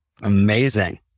Amazing